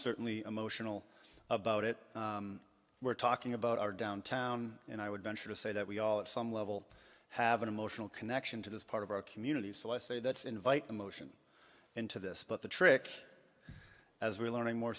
certainly emotional about it we're talking about our downtown and i would venture to say that we all at some level have an emotional connection to this part of our community so i say that invite emotion into this but the trick as we're learning more